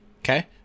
okay